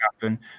happen